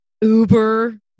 uber